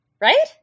Right